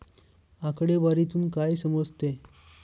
आकडेवारीतून काय समजते?